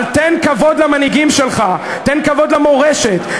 אבל תן כבוד למנהיגים שלך, תן כבוד למורשת.